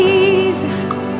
Jesus